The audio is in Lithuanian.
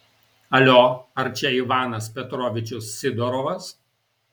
alio ar čia ivanas petrovičius sidorovas